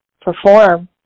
perform